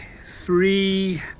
Three